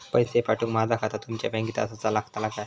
पैसे पाठुक माझा खाता तुमच्या बँकेत आसाचा लागताला काय?